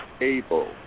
able